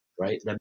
right